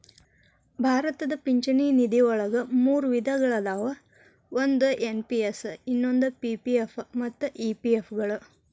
ಭಾರತದ ಪಿಂಚಣಿ ನಿಧಿವಳಗ ಮೂರು ವಿಧಗಳ ಅದಾವ ಒಂದು ಎನ್.ಪಿ.ಎಸ್ ಇನ್ನೊಂದು ಪಿ.ಪಿ.ಎಫ್ ಮತ್ತ ಇ.ಪಿ.ಎಫ್ ಗಳು